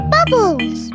Bubbles